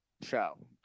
show